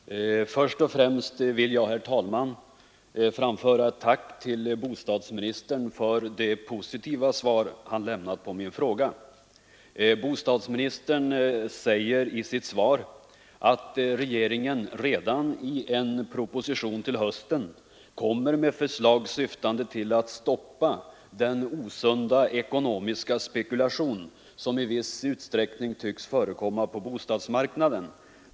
Herr talman! Först och främst vill jag framföra ett tack till bostadsministern för det positiva svar han lämnat på min fråga. Bostadsministern säger i sitt svar att regeringen redan i en proposition till hösten kommer att lägga fram förslag, syftande till att stoppa den osunda ekonomiska spekulation som i viss utsträckning tycks förekomma på bostadsmarknaden.